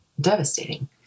devastating